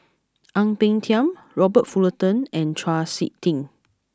Ang Peng Tiam Robert Fullerton and Chau Sik Ting